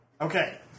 Okay